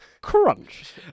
crunch